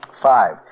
Five